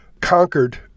conquered